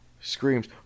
screams